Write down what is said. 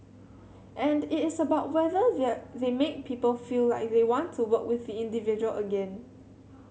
and it is about whether there they make people feel like they want to work with the individual again